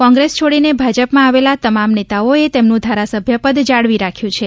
કોંગ્રેસ છોડીને ભાજપમાં આવેલા તમામ નેતાઓએ તેમનું ધારાસભ્યપદ જાળવી રાખ્યું છે